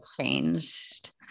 changed